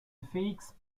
félix